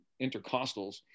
intercostals